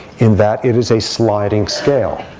in that it is a sliding scale.